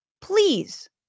please